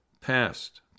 past